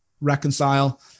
reconcile